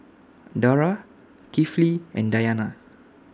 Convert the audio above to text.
Dara Kifli and Dayana